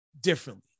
differently